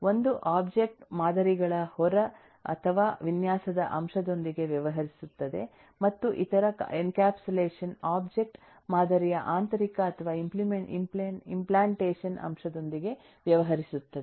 ಒಂದು ಒಬ್ಜೆಕ್ಟ್ ಮಾದರಿಗಳ ಹೊರ ಅಥವಾ ವಿನ್ಯಾಸದ ಅಂಶದೊಂದಿಗೆ ವ್ಯವಹರಿಸುತ್ತದೆ ಮತ್ತು ಇತರ ಎನ್ಕ್ಯಾಪ್ಸುಲೇಷನ್ ಒಬ್ಜೆಕ್ಟ್ ಮಾದರಿಯ ಆಂತರಿಕ ಅಥವಾ ಇಂಪ್ಲಾಂಟೇಶನ್ ಅಂಶದೊಂದಿಗೆ ವ್ಯವಹರಿಸುತ್ತದೆ